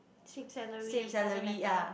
same salary it doesn't matter